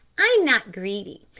i'm not greedy.